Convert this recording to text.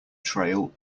trail